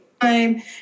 time